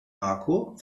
marco